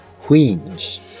Queens